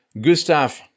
Gustav